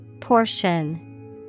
Portion